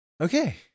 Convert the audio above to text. Okay